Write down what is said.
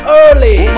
early